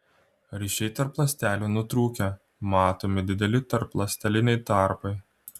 ryšiai tarp ląstelių nutrūkę matomi dideli tarpląsteliniai tarpai